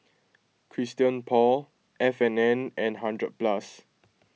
Christian Paul F and N and hundred Plus